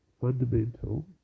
fundamental